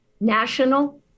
national